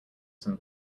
some